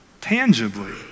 tangibly